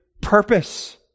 purpose